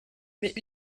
mais